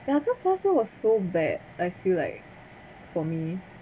the others last year was so bad I feel like for me